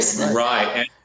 right